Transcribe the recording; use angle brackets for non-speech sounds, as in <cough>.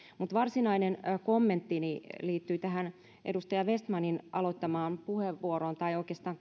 varsinainen kommenttini liittyy tähän edustaja vestmanin aloittamaan puheenvuoroon tai oikeastaan <unintelligible>